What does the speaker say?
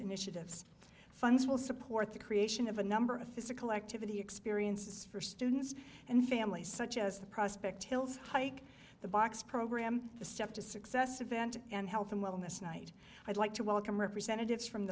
initiatives funds will support the creation of a number of physical activity experiences for students and families such as the prospect hills hike the box program the step to success event and health and wellness night i'd like to welcome representatives from